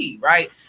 right